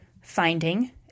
finding